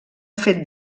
fet